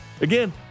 Again